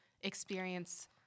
experience